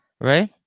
right